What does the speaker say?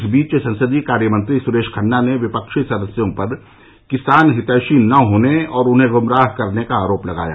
इस बीच संसदीय कार्यमंत्री सुरेश खन्ना ने विपक्षी सदस्यों पर किसान हितैयी न होने और उन्हें गुमराह करने का आरोप लगाया